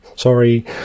sorry